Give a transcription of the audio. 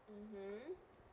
mmhmm